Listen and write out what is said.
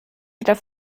wieder